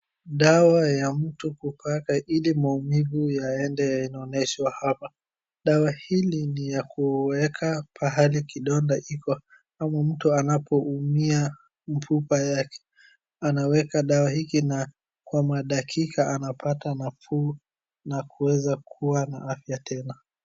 Dawa ya mtu kupaka ili maumivu yaende inaoneshwa hapa. Dawa hili ni ya kuweka pahali kidonda iko ama mtu anapoumia mfupa yake anaweka dawa hiki na kwa madakika anapata nafuu na kuweza kuwa na afya tena.